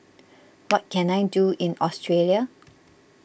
what can I do in Australia